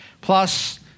Plus